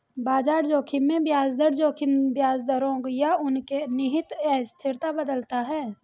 बाजार जोखिम में ब्याज दर जोखिम ब्याज दरों या उनके निहित अस्थिरता बदलता है